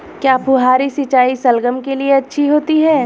क्या फुहारी सिंचाई शलगम के लिए अच्छी होती है?